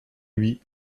lui